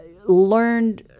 Learned